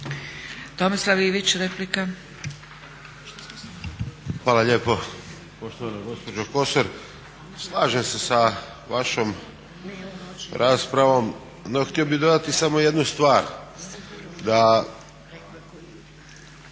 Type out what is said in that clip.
Tomislav (HDZ)** Hvala lijepo. Poštovana gospođo Kosor, slažem se sa vašom raspravom, no htio bih dodati samo još jednu stvar da